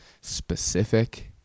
specific